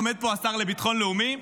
עומד פה השר לביטחון לאומי,